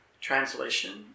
translation